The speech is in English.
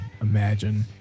imagine